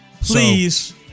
Please